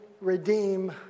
redeem